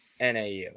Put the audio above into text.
NAU